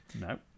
No